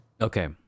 okay